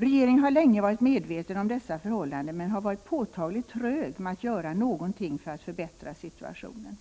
Regeringen har länge varit medveten om dessa förhållanden men har varit påtagligt trög med att göra någonting för att förbättra situationen.